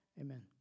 Amen